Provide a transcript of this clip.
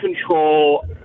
control